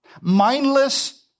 Mindless